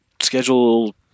schedule